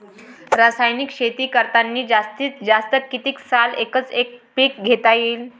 रासायनिक शेती करतांनी जास्तीत जास्त कितीक साल एकच एक पीक घेता येईन?